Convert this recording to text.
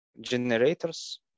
generators